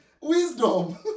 Wisdom